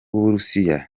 burusiya